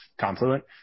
Confluent